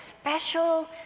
special